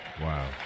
Wow